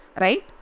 right